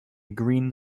green